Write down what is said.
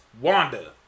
Wanda